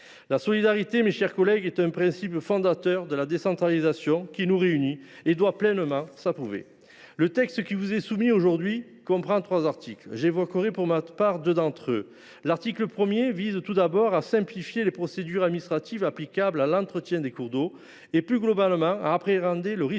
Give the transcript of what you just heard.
La solidarité, mes chers collègues, est un principe fondateur de la décentralisation qui nous réunit et qui doit être pleinement éprouvé. Le texte qui vous est soumis aujourd’hui comprend trois articles. J’évoquerai pour ma part deux d’entre eux. L’article 1, tout d’abord, vise à simplifier les procédures administratives applicables à l’entretien des cours d’eau et, plus globalement, à appréhender le risque